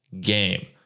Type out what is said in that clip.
game